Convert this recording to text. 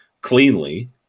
cleanly